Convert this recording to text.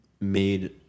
made